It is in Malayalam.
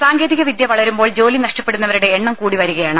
സാങ്കേതിക വിദ്യ വളരുമ്പോൾ ജോലി നഷ്ടപ്പെടുന്നവരുടെ എണ്ണം കൂടിവരികയാണ്